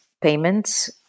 payments